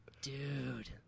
dude